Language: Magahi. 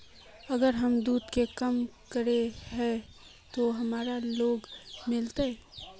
अगर हम दूध के काम करे है ते हमरा लोन मिलते?